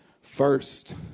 first